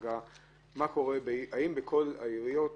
האם בכל העיריות